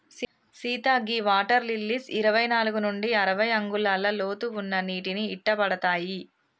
సీత గీ water lilies ఇరవై నాలుగు నుండి అరవై అంగుళాల లోతు ఉన్న నీటిని ఇట్టపడతాయి